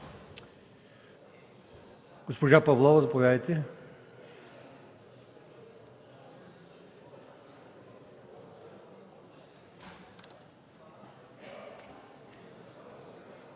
госпожа Павлова, заповядайте.